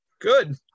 Good